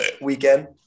weekend